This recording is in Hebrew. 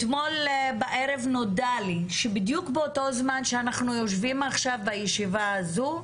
אתמול בערב נודע לי שבדיוק באותו זמן שאנחנו יושבים עכשיו בישיבה הזו,